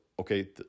Okay